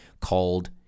called